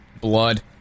blood